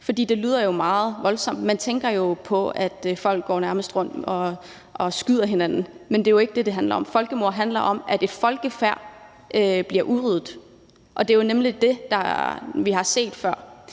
for det lyder jo meget voldsomt. Man kommer nærmest til at tænke, at folk går rundt og skyder hinanden. Men det er jo ikke det, det handler om. Folkemord handler om, at et folkefærd bliver udryddet, og det er jo det, vi har set.